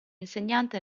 insegnante